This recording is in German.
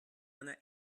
einer